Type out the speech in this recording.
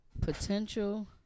Potential